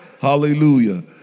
Hallelujah